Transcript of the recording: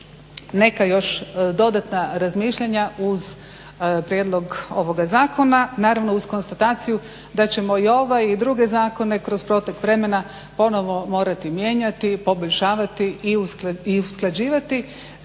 neka još dodatna razmišljanja uz prijedlog ovoga zakona, naravno uz konstataciju da ćemo i ovaj i druge zakone kroz protek vremena ponovo morati mijenjati, poboljšavati i usklađivati sa